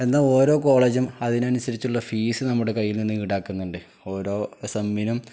എന്നാല് ഓരോ കോളേജും അതിനനുസരിച്ചുള്ള ഫീസ് നമ്മുടെ കയ്യിൽ നിന്ന് ഈടാക്കുന്നുണ്ട് ഓരോ സെമ്മിനും